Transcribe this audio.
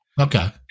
Okay